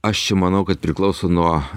aš čia manau kad priklauso nuo